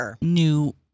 new